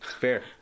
Fair